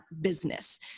business